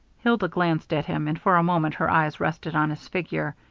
hilda glanced at him, and for a moment her eyes rested on his figure.